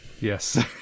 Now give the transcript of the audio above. Yes